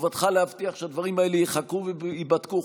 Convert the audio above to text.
חובתך להבטיח שהדברים האלה ייחקרו וייבדקו,